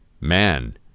Man